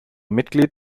mitglied